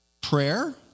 prayer